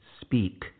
speak